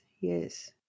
yes